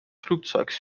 flugzeuges